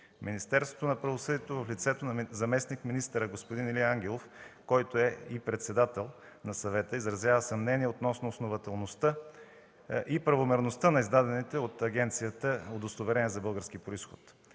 Министерството на правосъдието в лицето на заместник-министъра Илия Ангелов, който е и председател на съвета, изразява съмнение относно основателността и правомерността на издадените от агенцията удостоверения за български произход.